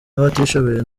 n’abatishoboye